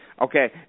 Okay